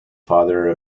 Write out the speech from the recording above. father